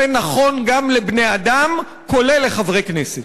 זה נכון גם לבני-אדם, כולל חברי כנסת.